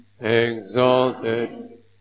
exalted